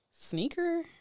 Sneaker